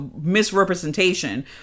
misrepresentation